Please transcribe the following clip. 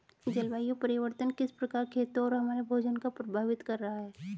जलवायु परिवर्तन किस प्रकार खेतों और हमारे भोजन को प्रभावित कर रहा है?